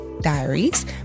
Diaries